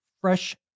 fresh